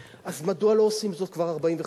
אז מדוע לא עושים זאת כבר 45 שנה?